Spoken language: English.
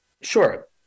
Sure